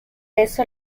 eso